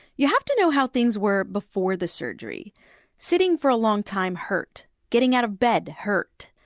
you have to know how things were before the surgery sitting for a long time hurt. getting out of bed hurt.